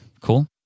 cool